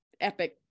epic